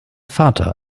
vater